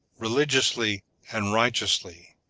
religiously and righteously.